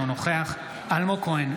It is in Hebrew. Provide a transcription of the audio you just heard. אינו נוכח אלמוג כהן,